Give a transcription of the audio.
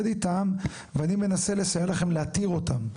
איתם ואני מנסה לסייע לכם להתיר אותם.